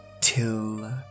till